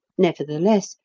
nevertheless,